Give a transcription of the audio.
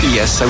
Yes